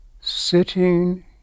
Sitting